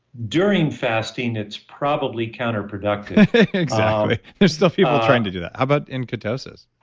during fasting it's probably counterproductive exactly. there're still people trying to do that. how about in ketosis?